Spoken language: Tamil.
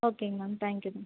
ஓகேங்க மேம் தேங்க் யூ மேம்